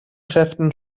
kräften